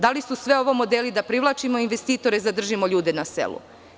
Da li su sve ovo modeli da privlačimo investitore i zadržimo ljude na selu?